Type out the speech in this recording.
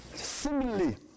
Similarly